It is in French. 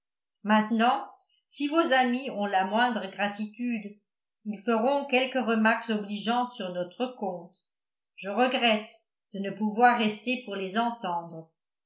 maintenant si vos amis ont la moindre gratitude ils feront quelques remarques obligeantes sur notre compte je regrette de ne pouvoir rester pour les entendre